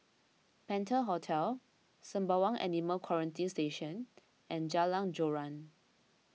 Penta Hotel Sembawang Animal Quarantine Station and Jalan Joran